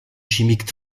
chimiques